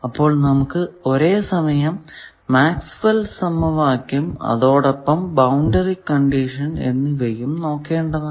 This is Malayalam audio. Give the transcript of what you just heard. അപ്പോൾ നമുക്ക് ഒരേ സമയം മാക്സ് വെൽ സമവാക്യം Maxwell's equation അതോടൊപ്പം ബൌണ്ടറി കണ്ടീഷൻ എന്നിവയും നോക്കേണ്ടതാണ്